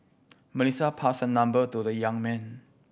Melissa passed her number to the young man